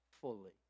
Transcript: fully